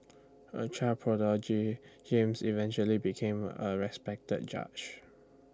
A child prodigy James eventually became A respected judge